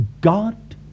God